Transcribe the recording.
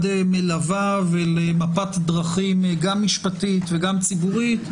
מלווה ולמפת דרכים גם משפטית וגם ציבורית.